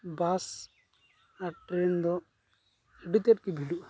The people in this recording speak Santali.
ᱵᱟᱥ ᱟᱨ ᱴᱨᱮᱹᱱ ᱫᱚ ᱟᱹᱰᱤᱛᱮᱫ ᱜᱮ ᱵᱷᱤᱲᱚᱜᱼᱟ